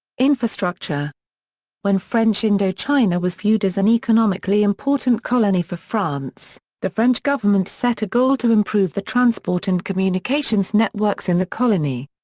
infrastructure when french indochina was viewed as an economically important colony for france, the french government set a goal to improve the transport and communications networks in the colony.